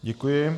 Děkuji.